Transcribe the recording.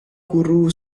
guru